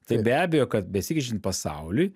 tai be abejo kad besikeičiant pasauliui